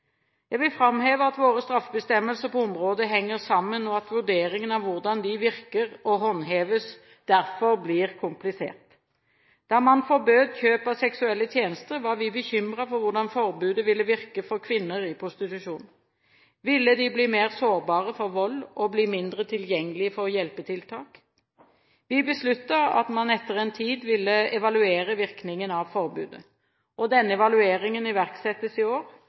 Jeg vil framheve at våre straffebestemmelser på området henger sammen, og at vurderingen av hvordan de virker og håndheves derfor blir komplisert. Da man forbød kjøp av seksuelle tjenester, var vi bekymret for hvordan forbudet ville virke for kvinner i prostitusjon. Ville de bli mer sårbare for vold og bli mindre tilgjengelige for hjelpetiltak? Vi besluttet at man etter en tid ville evaluere virkningen av forbudet. Denne evalueringen iverksettes i år,